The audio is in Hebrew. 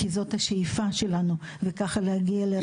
כי זאת השאיפה שלנו וככה להגיע לרמה נמוכה.